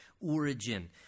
origin